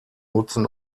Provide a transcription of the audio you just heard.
nutzen